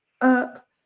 up